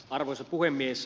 arvoisa puhemies